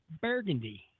burgundy